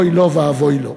אוי לו ואבוי לו.